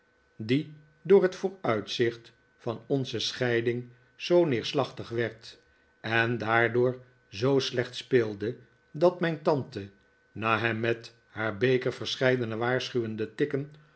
die door het vooruitzicht van onze scheiding zoo neerslachtig werd en daardoor zoo slecht speelde dat mijn tante na hem met haar beker verscheidene waarschuwende tikken